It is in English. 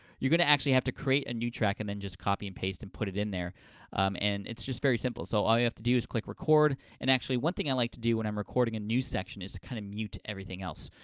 you're gonna actually have to create a new track and then just copy and paste and put it in there and it's just very simple. so, all we have to do is click record. and, actually, one thing i like to do when i'm recording a new section is to kind of mute everything else.